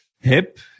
hip